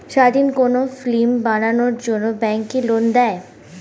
স্বাধীন কোনো ফিল্ম বানানোর জন্য ব্যাঙ্ক কি লোন দেয়?